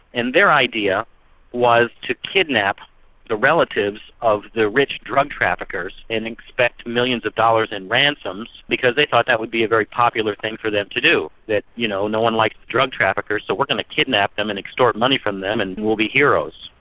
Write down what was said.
and their idea was to kidnap the relatives of the rich drug traffickers, then extract millions of dollars in ransom, because they thought that would be a very popular thing for them to do, that you know no one likes like drug traffickers so we're going to kidnap them and extort money from them and we'll be heroes.